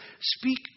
Speak